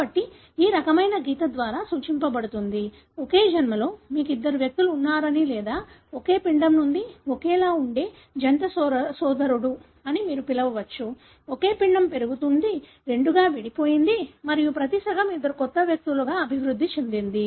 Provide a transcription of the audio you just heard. కాబట్టి ఈ రకమైన గీత ద్వారా సూచించబడుతుంది ఒకే జన్మలో మీకు ఇద్దరు వ్యక్తులు ఉన్నారని లేదా ఒకే పిండం నుండి ఒకేలా ఉండే జంట సోదరుడు అని మీరు పిలవవచ్చు ఒకే పిండం పెరుగుతోంది రెండుగా విడిపోయింది మరియు ప్రతి సగం ఇద్దరు కొత్త వ్యక్తులుగా అభివృద్ధి చెందింది